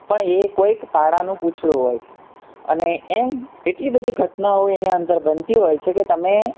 પણ એ કોઈક પાડાનું પૂંછળું હોય છે અને એમ એટલી બધી ઘટનાઓ એની અંદર બનતી હોય છે કે તમે